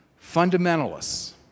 fundamentalists